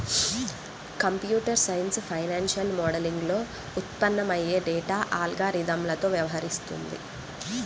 computer science financial మోడలింగ్లో ఉత్పన్నమయ్యే data అల్గారిథమ్లతో వ్యవహరిస్తుంది